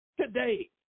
Today